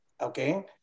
Okay